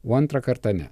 o antrą kartą ne